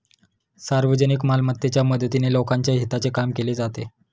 सार्वजनिक मालमत्तेच्या मदतीने लोकांच्या हिताचे काम केले जाते